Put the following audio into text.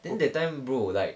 then that time bro like